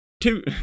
two